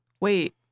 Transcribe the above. wait